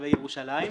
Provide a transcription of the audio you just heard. תושבי ירושלים.